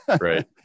Right